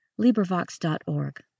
LibriVox.org